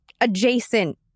adjacent—